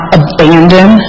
abandon